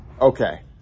okay